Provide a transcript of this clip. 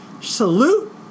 Salute